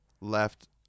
left